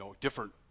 different